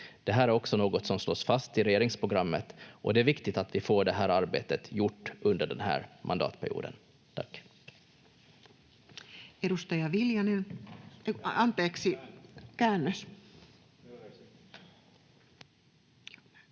Det här är också något som slås fast i regeringsprogrammet, och det är viktigt att vi får det här arbetet gjort under den här mandatperioden. — Tack. [Tulkki esittää